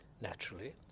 naturally